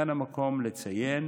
כאן המקום לציין